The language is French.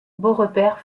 beaurepaire